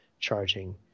charging